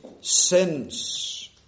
sins